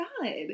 god